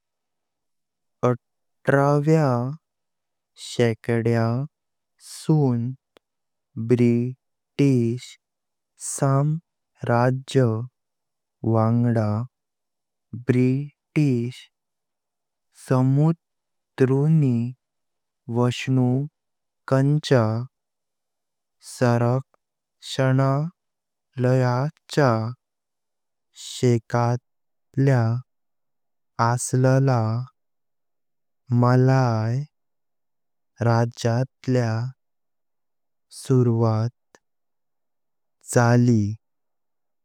अत्त्रव्य शेक्त्यसून ब्रिटिश साम्राज्य वंगड ब्रिटिश समुद्द्रुणी वासनुकांचा सरक्शनालयाचा शेकटलॉ अश्ळाला मळई राज्यतल्यां सुर्वात जाली।